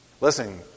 Listen